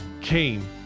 came